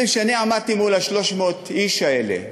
אתם יודעים שאני עמדתי מול 300 האיש האלה,